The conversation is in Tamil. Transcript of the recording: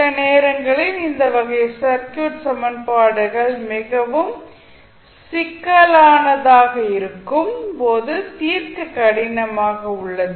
சில நேரங்களில் இந்த வகை சர்க்யூட் சமன்பாடுகள் மிகவும் சிக்கலானதாக இருக்கும் போது தீர்க்க கடினமாக உள்ளது